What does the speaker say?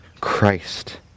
Christ